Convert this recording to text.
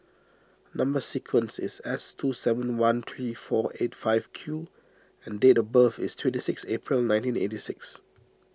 Number Sequence is S two seven one three four eight five Q and date of birth is twenty six April nineteen eighty six